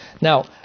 Now